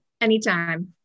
Anytime